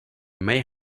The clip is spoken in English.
may